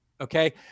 okay